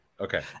Okay